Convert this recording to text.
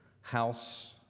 house